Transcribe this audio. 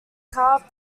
carved